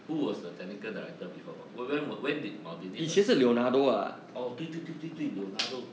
who was the technical director before bo~ whe~ w~ when did maldini as~ oh 对对对对对